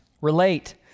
Relate